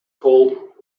cold